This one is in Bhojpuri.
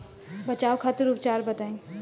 बचाव खातिर उपचार बताई?